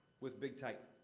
with big type.